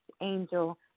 Angel